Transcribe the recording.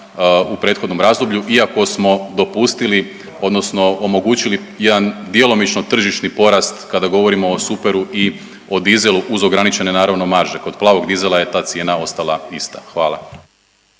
u prethodnom razdoblju, iako smo dopustili, odnosno omogućili jedan djelomično tržišni porast kada govorimo o superu i o dizelu uz ograničene naravno marže. Kod plavog dizela je ta cijena ostala ista. Hvala.